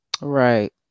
Right